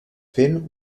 fent